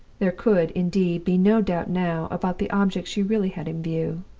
there could, indeed, be no doubt now about the object she really had in view.